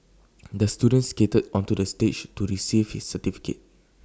the student skated onto the stage to receive his certificate